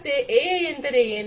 ಮತ್ತೆ ಎಐ ಎಂದರೆ ಏನು